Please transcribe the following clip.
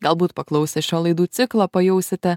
galbūt paklausę šio laidų ciklo pajausite